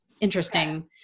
interesting